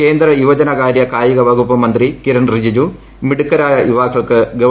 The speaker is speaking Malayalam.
കേന്ദ്ര യുവജന കാർട്ട്കായിക വകുപ്പ് മന്ത്രി കിരൺ റിജിജു മിടുക്കരായ യുവാക്കൾക്ക് ്ഗവ